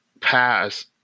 pass